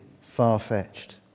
far-fetched